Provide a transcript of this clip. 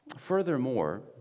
Furthermore